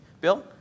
Bill